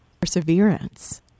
perseverance